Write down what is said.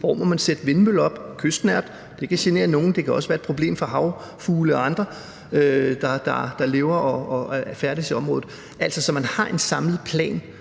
hvor man må sætte vindmøller op, f.eks. kystnært; det kan genere nogen, og det kan også være et problem for havfugle og andre, der lever og færdes i området. Altså, så man har en samlet plan.